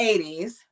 80s